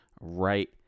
right